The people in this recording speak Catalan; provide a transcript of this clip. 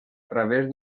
través